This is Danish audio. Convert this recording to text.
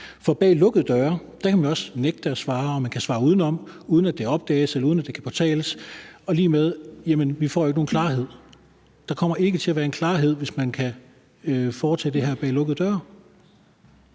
For bag lukkede døre kan man også nægte at svare, og man kan svare udenom, uden at det opdages, eller uden at det kan påtales, og det er lig med, at vi ikke får nogen klarhed. Der kommer ikke til at være en klarhed, hvis man kan foretage det her bag lukkede døre.